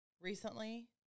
recently